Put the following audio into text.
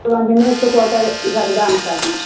ژٕ وَن تہٕ مےٚ ژٕ کوٗتاہ ہٮ۪کھ دَنٛد کَڈنَس